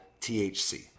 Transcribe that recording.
THC